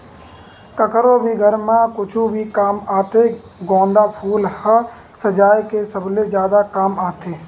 कखरो भी घर म कुछु भी काम आथे गोंदा फूल ह सजाय के सबले जादा काम आथे